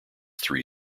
three